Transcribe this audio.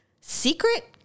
secret